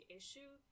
issue